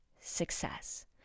success